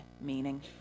meaning